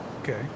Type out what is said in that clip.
Okay